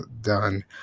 done